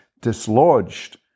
dislodged